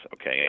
okay